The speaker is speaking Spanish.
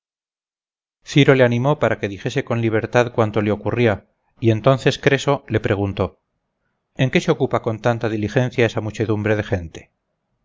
ciro le animó para que dijese con libertad cuanto lo ocurría y entonces creso le preguntó en qué se ocupa con tanta diligencia esa muchedumbre de gente